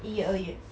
一月二月